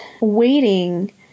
waiting